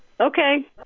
Okay